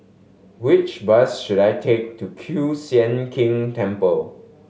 which bus should I take to Kiew Sian King Temple